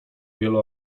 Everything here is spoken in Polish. wielu